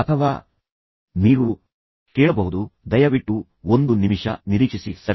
ಅಥವಾ ನೀವು ಕೇಳಬಹುದು ದಯವಿಟ್ಟು ಒಂದು ನಿಮಿಷ ನಿರೀಕ್ಷಿಸಿ ಸರ್